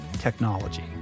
technology